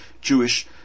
Jewish